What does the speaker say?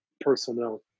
personnel